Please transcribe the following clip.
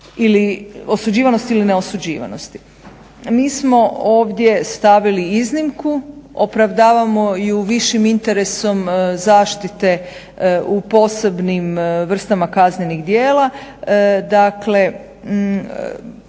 osuđivanosti ili neosuđivanosti. Mi smo ovdje stavili iznimku, opravdavamo ju višim interesom zaštite u posebnim vrstama kaznenih djela.